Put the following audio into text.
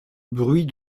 bruit